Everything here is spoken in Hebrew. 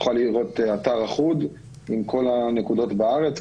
תוכל לראות אתר אחוד עם כל הנקודות בארץ,